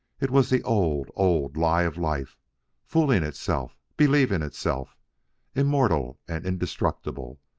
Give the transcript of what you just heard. it was the old, old lie of life fooling itself, believing itself immortal and indestructible,